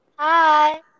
Hi